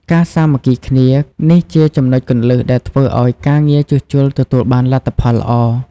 ការសាមគ្គីគ្នា នេះជាចំណុចគន្លឹះដែលធ្វើឲ្យការងារជួសជុលទទួលបានលទ្ធផលល្អ។